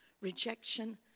rejection